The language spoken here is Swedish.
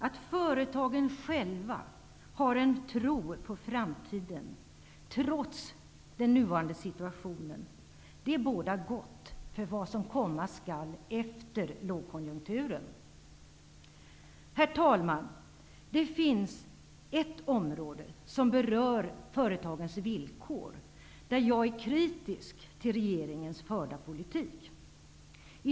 Att företagen själva, trots den nuvarande situationen, har en tro på framtiden bådar gott för vad som komma skall efter lågkonjunkturen. Herr talman! På ett område som berör företagens villkor är jag kritisk mot den politik som förts av regeringen.